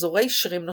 ומחזורי שירים נוספים.